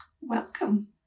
Welcome